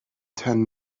ten